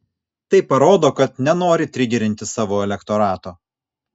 tai parodo kad nenori trigerinti savo elektorato